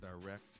direct